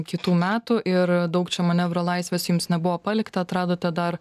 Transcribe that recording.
kitų metų ir daug čia manevro laisvės jums nebuvo palikta atradote dar